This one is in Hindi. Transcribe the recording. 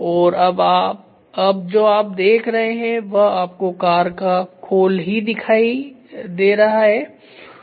और अब जो आप देख रहे हैं वह आपको कार का खोल ही दिख रहा है